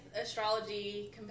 astrology